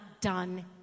done